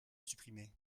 supprimer